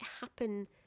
happen